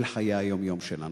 אל חיי היום-יום שלנו.